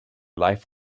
life